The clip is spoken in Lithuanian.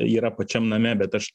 yra pačiam name bet aš